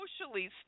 socially